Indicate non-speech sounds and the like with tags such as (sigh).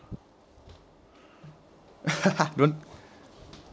(laughs) when